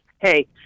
hey